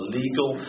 legal